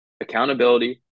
Accountability –